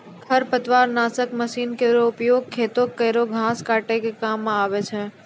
खरपतवार नासक मसीन केरो उपयोग खेतो केरो घास काटै क काम आवै छै